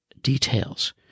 details